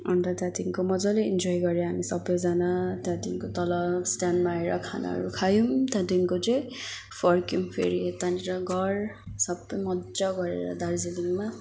अन्त त्यहाँदेखिको मजाले इन्जोय गऱ्यो हामी सबैजना त्यहाँदेखिको तल स्ट्यान्डमा आएर खानाहरू खायौँ त्यहाँदेखिको चाहिँ फर्कियौँ फेरि यतानेर घर सबै मजा गरेर दार्जिलिङमा